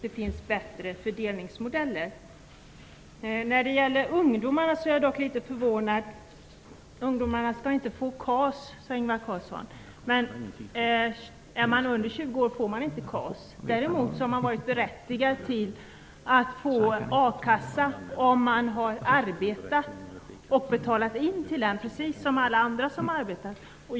Det finns bättre fördelningsmodeller. Jag är förvånad över att Ingvar Carlsson säger att ungdomarna inte skall få KAS. Är man under 20 år får man inte KAS. Däremot har man varit berättigad till a-kassa om man har arbetat och betalat in till den, precis som alla andra som arbetar.